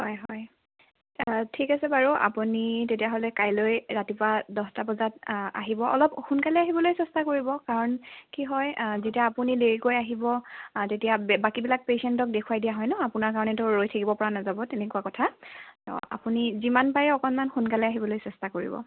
হয় হয় ঠিক আছে বাৰু আপুনি তেতিয়াহ'লে কাইলৈ ৰাতিপুৱা দহটা বজাত আহিব অলপ সোনকালে আহিবলৈ চেষ্টা কৰিব কাৰণ কি হয় যেতিয়া আপুনি দেৰিকৈ আহিব তেতিয়া বে বাকীবিলাক পেচেণ্টক দেখুৱাই দিয়া হয় নহ্ আপোনাৰ কাৰণেতো ৰৈ থাকিব পৰা নাযাব তেনেকুৱা কথা আপুনি যিমান পাৰে অকণমান সোনকালে আহিবলৈ চেষ্টা কৰিব